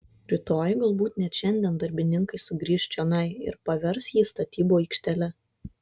rytoj galbūt net šiandien darbininkai sugrįš čionai ir pavers jį statybų aikštele